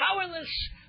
powerless